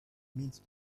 means